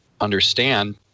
understand